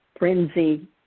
frenzy